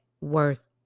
worth